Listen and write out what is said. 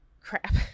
crap